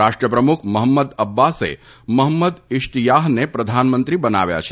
રાષ્ટ્રપ્રમુખ મહંમદ અબ્બાસે મહંમદ ઈશ્તીયાહને પ્રધાનમંત્રી બનાવ્યા છે